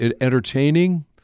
entertaining